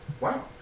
wow